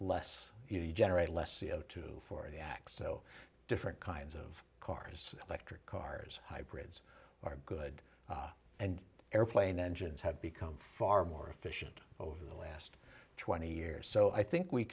less you generate less c o two for the x o different kinds of cars electric cars hybrids are good and airplane engines have become far more efficient over the last twenty years so i think we